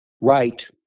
Right